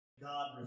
God